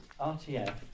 RTF